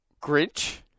Grinch